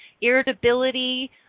irritability